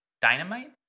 dynamite